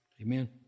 Amen